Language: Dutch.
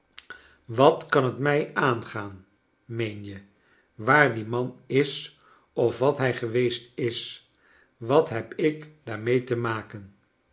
wat kan jiet mij aangaan meeti je waar die man is of wat hij geweest is wat heb ik daar mee te maken